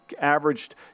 averaged